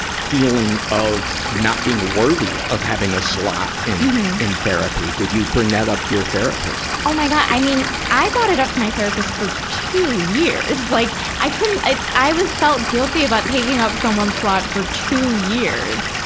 feeling of not being worthy of having a slot in, in therapy? did you bring that up to your therapist? oh my god! i mean, i brought it up to my therapist for two years. like, i couldn't, i i always felt guilt about taking up someone's slot for two years.